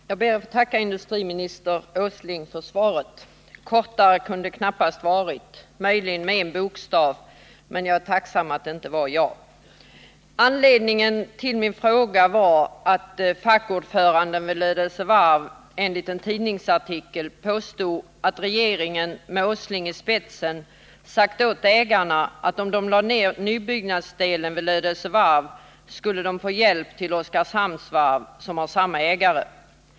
Herr talman! Jag ber att få tacka industriminister Åsling för svaret. Kortare kunde det knappast ha varit — möjligen en bokstav mindre, men jag är tacksam att svaret inte var ja. Anledningen till min fråga är att fackordföranden vid Lödöse Varfenligt en tidningsartikel påstått att regeringen med Nils Åsling i spetsen sagt åt ägarna att de, om de lade ned nybyggnadsdelen vid Lödöse Varf, skulle få hjälp till Oskarshamns Varv, som de också äger.